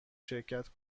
شرکت